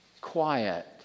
quiet